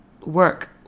work